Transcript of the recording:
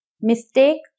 Mistake